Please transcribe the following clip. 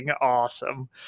awesome